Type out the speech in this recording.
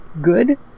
good